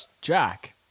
Jack